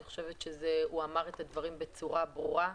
אני חושבת שהוא אמר את הדברים בצורה ברורה.